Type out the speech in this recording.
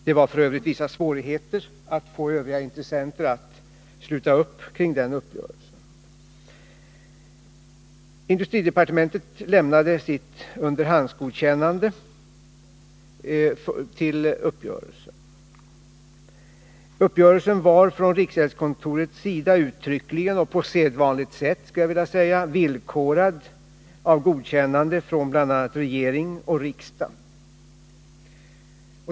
Det var f. ö. vissa svårigheter att få övriga intressenter att sluta upp kring den uppgörelsen. Industridepartementet lämnade sitt underhandsgodkännande till uppgörelsen. Uppgörelsen från riksgäldskontorets sida hade uttryckligen, och på sedvanligt sätt, som villkor ett godkännande från bl.a. regering och riksdag.